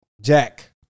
Jack